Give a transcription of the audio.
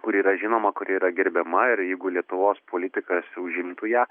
kuri yra žinoma kuri yra gerbiama ir jeigu lietuvos politikas užimtų ją